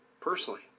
personally